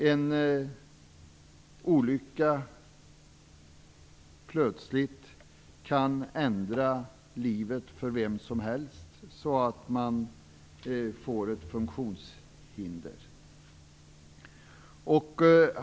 En olycka kan ju plötsligt ändra livet för vem som helst och ge ett funktionshinder.